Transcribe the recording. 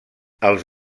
els